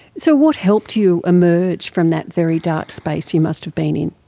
so what helped you emerge from that very dark space you must have been in?